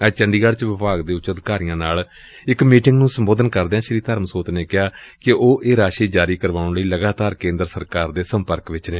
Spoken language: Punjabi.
ਅੱਜ ਚੰਡੀਗੜ ਚ ਵਿਭਾਗ ਦੇ ਉੱਚ ਅਧਿਕਾਰੀਆਂ ਨਾਲ ਇਕ ਮੀਟਿੰਗ ਨੂੰ ਸੰਬੋਧਨ ਕਰਦਿਆਂ ਸ੍ਰੀ ਧਰਮਸੋਤ ਨੇ ਕਿਹਾ ਕਿ ਂਉਹ ਇਹ ਰਾਸੀ ਜਾਰੀ ਕਰਵਾਉਣ ਲਈ ਲਗਾਤਾਰ ਕੇਂਦਰ ਸਰਕਾਰ ਨਾਲ ਸੰਪਰਕ ਵਿਚ ਨੇ